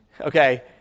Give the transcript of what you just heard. Okay